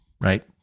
right